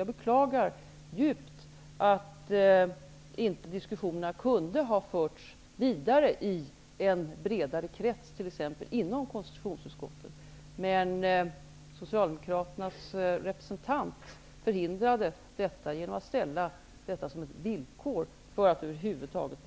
Jag beklagar djupt att inte diskussionerna kunde ha förts vidare i en bredare krets, t.ex. inom konstitutionsutskottet, men Socialdemokraternas representant förhindrade detta genom att ställa villkor för att diskussioner över huvud taget